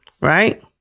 Right